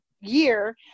year